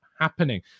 happening